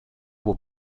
will